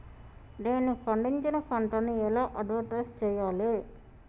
నేను పండించిన పంటను ఎలా అడ్వటైస్ చెయ్యాలే?